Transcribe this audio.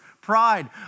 pride